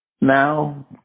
Now